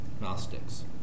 Gnostics